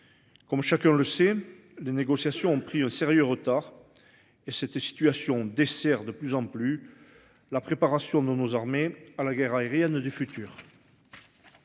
Comme chacun le sait, les négociations ont pris un sérieux retard. Et cette situation dessert de plus en plus. La préparation nos nos armées à la guerre aérienne du futur.--